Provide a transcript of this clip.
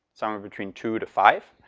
somewhere between two to five.